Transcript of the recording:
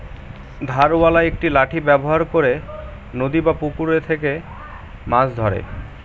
ধারওয়ালা একটি লাঠি ব্যবহার করে নদী বা পুকুরে থেকে মাছ ধরে